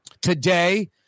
Today